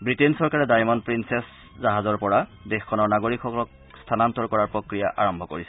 ৱিটেইনৰ চৰকাৰে Diamond Princess জাহাজৰ পৰা দেশখনৰ নাগৰিকসকলক স্থানান্তৰ কৰাৰ প্ৰক্ৰিয়া আৰম্ভ কৰিছে